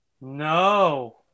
No